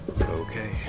Okay